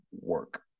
work